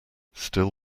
still